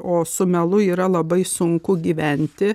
o su melu yra labai sunku gyventi